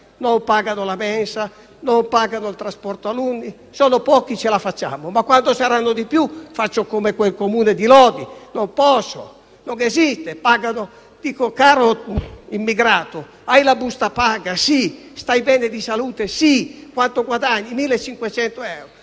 non pagano la mensa, non pagano il trasporto alunni. Se sono pochi, ce la facciamo; ma quando saranno di più, faccio come il Comune di Lodi: non posso, non esiste, pagano. Caro immigrato, hai la busta paga? Sì. Stai bene di salute? Sì. Quanto guadagni? 1.500 euro?